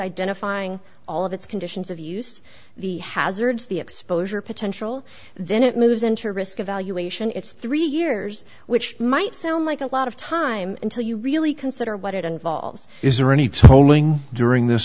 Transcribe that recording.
identifying all of its conditions of use the hazards the exposure potential then it moves into risk evaluation it's three years which might sound like a lot of time until you really consider what it involves is there any tolling during this